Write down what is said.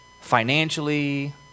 Financially